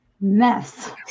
mess